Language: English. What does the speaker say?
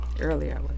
earlier